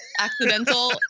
Accidental